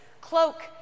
cloak